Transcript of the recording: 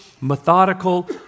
methodical